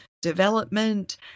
Development